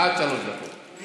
עד שלוש דקות, בבקשה.